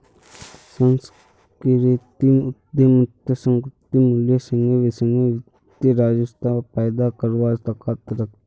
सांस्कृतिक उद्यमितात सांस्कृतिक मूल्येर संगे संगे वित्तीय राजस्व पैदा करवार ताकत रख छे